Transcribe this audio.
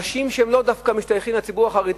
כי אנשים שלאו דווקא משתייכים לציבור החרדי,